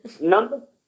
Number